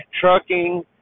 trucking